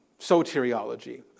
Soteriology